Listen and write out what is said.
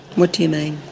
what do you mean?